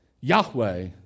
Yahweh